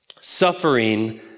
Suffering